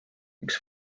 üks